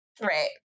Right